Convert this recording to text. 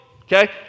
Okay